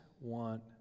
want